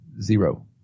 Zero